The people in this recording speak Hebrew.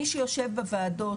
מי שיושב בוועדות,